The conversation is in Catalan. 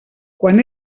quan